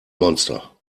monster